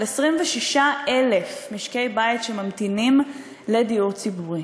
של 26,000 משקי בית שממתינים לדיור ציבורי.